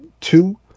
two